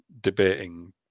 debating